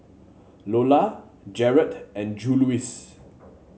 Lolla Jarett and Juluis